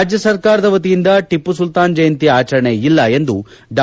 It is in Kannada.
ರಾಜ್ಯ ಸರ್ಕಾರದ ವತಿಯಿಂದ ಟಿಮ್ನ ಸುಲ್ತಾನ್ ಜಯಂತಿ ಆಚರಣೆ ಇಲ್ಲ ಎಂದು ಡಾ